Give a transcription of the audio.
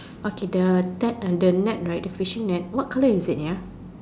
okay the that under net right the fishing net what colour is it ya